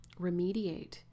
remediate